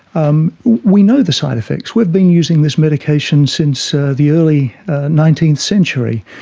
um we know the side effects, we've been using this medication since ah the early nineteenth century,